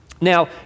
Now